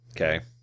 okay